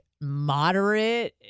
moderate